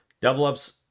Double-up's